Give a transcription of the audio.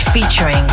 featuring